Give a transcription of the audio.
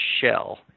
shell